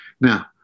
now